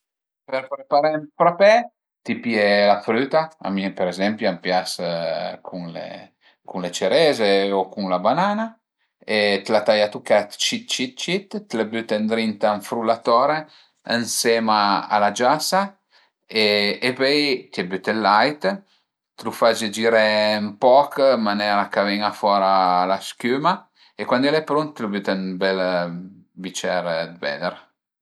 Per preparé ën frappé ti pìe la früta, a mi ad ezempi a m'pias cun le cereze o cun la banana e t'la taie a tuchet cit cit cit, t'la büte ëndrinta a ün frullatore ënsema a la giasa e pöi t'ie büte ël lait, t'lu faze giré ën poch ën manera ch'a ven-a fora la schiüma e cuandi al e prunt t'lu büte ënt ün bel bicer dë veder